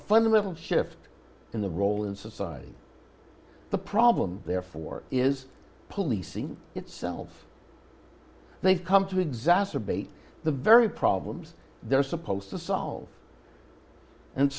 fundamental shift in the role in society the problem therefore is policing itself they've come to exacerbate the very problems they're supposed to solve and